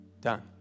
done